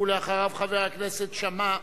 ואחריו, חבר הכנסת שאמה.